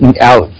out